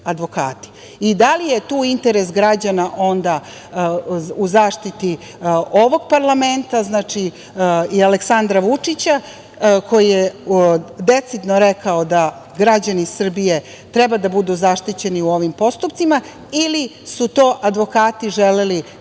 i da li je tu interes građana onda u zaštiti ovog parlamenta i Aleksandra Vučića, koji je decidno rekao da građani Srbije treba da budu zaštićeni u ovim postupcima ili su to advokati želeli da